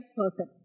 person